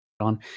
on